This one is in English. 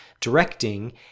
directing